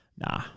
Nah